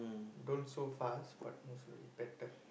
don't so fast but move slowly better